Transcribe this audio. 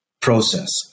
process